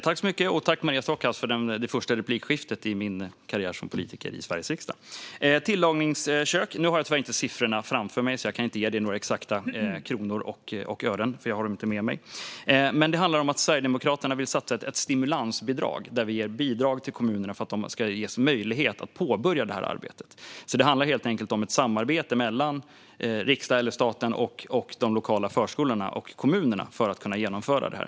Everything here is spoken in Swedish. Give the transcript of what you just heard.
Fru talman! Tack, Maria Stockhaus, för det första replikskifte jag har i min karriär som politiker i Sveriges riksdag! Vad gäller tillagningskök har jag tyvärr inte siffrorna framför mig och kan därför inte ge dig några exakta kronor och ören. Jag har dem inte med mig. Sverigedemokraterna har ett stimulansbidrag till kommunerna så att de ska ges möjlighet att påbörja detta arbete. Det handlar helt enkelt om ett samarbete mellan riksdag eller staten och de lokala förskolorna och kommunerna för att de ska kunna genomföra detta.